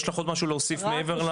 יש לך עוד משהו להוסיף מעבר?